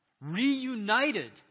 reunited